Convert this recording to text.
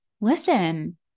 Listen